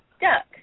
duck